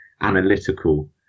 analytical